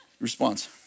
response